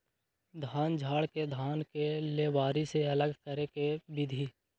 धान झाड़ के धान के लेबारी से अलग करे के विधि